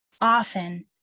Often